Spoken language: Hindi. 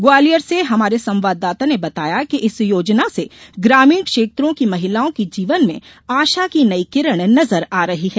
ग्वालियर से हमारे संवाददाता ने बताया कि इस योजना से ग्रामीण क्षेत्रों की महिलाओं की जीवन में आशा की नई किरण नजर आ रही है